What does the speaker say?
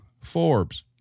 Forbes